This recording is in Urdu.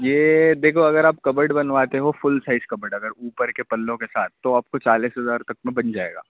یہ دیکھو اگر آپ کبڈ بنواتے ہیں ہو فل سائز کبڈ اگر اوپر کے پلوں کے ساتھ تو آپ کو چالیس ہزار تک میں بن جائے گا